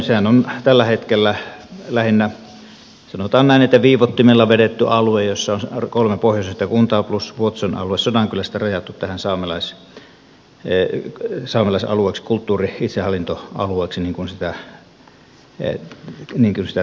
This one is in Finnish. sehän on tällä hetkellä lähinnä sanotaan näin viivoittimella vedetty alue jossa on kolme pohjoisinta kuntaa plus vuotson alue sodankylästä rajattu tähän saamelaisalueeksi kulttuuri itsehallintoalueeksi niin kuin sitä kutsutaan